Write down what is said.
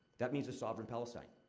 that means a sovereign palestine.